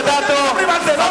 אתם מדברים על זה, לא אני.